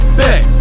back